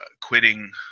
quitting